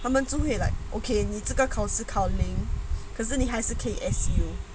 他们就会 like okay 你这个考试考你可是你还是可以 S_U